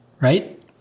right